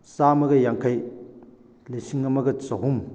ꯆꯥꯝꯃꯒ ꯌꯥꯡꯈꯩ ꯂꯤꯁꯤꯡ ꯑꯃꯒ ꯆꯍꯨꯝ